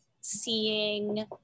seeing